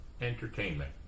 entertainment